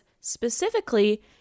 specifically